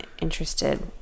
interested